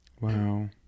Wow